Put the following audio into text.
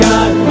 God